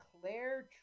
Claire